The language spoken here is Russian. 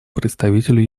представителю